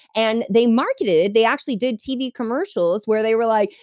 and they marketed, they actually did tv commercials, where they were like,